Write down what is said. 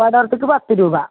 വടവർത്തേക്ക് പത്ത് രൂപ